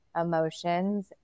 emotions